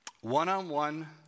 one-on-one